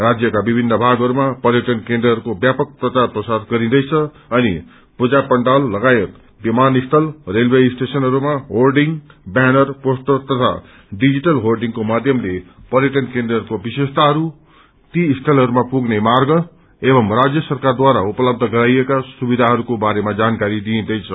राज्यका विभिन्न भागहरूमा पर्यटन केन्द्रहरूको व्यापक प्रचार प्रसार गरिन्दै छ अनि पूजा पण्डाल लगायत विमानस्थल रेलवे स्टेशनहरूमा होडिंग व्यानर पोस्टर तथा डिजिटल होर्डिंगको माध्यमले पर्यटन केन्द्रहरूको विशेषताहरू ती स्थलहरूमा पुग्ने मार्ग एवं राज्य सरकारद्वारा उपलब्ध गराइएका सुविधाहरूको बारेमा जानकारी दिइन्दैछ